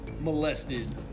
molested